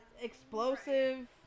explosive